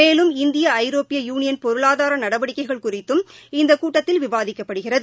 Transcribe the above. மேலும் இந்திய இஜரோப்பிய யூனியன் பொருளாதார நடவடிக்கைகள் குறித்தும் இந்தக் கூட்டத்தில் விவாதிக்கப்படுகிறது